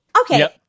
Okay